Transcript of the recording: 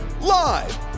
Live